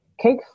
Cake